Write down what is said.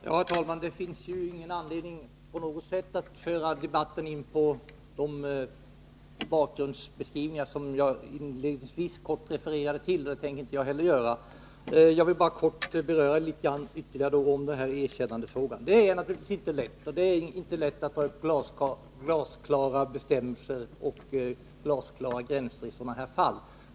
Herr talman! Det finns ingen anledning att föra in debatten på de bakgrundsbeskrivningar som jag inledningsvis kortfattat refererade till, och jag tänker inte heller göra det. Jag vill bara ytterligare något beröra erkännandefrågan. Det är naturligtvis inte lätt att utfärda glasklara regler och dra upp bestämda gränser i sådana här fall.